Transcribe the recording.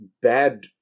bad